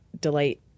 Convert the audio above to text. delight